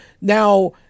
Now